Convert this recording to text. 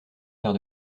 faire